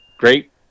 great